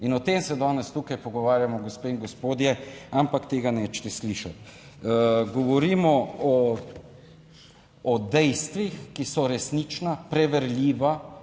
in o tem se danes tukaj pogovarjamo, gospe in gospodje, ampak tega nočete slišati. Govorimo o dejstvih, ki so resnična, preverljiva,